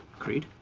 creed?